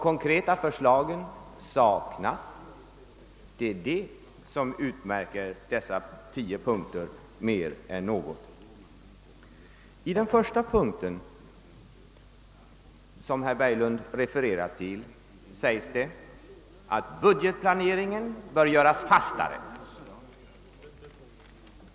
Konkreta förslag saknas; det är vad som utmärker dessa tio punkter mer än något annat. I punkten 1, som herr Berglund hänvisade till, sägs det att budgetplaneringen bör göras fastare.